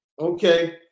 okay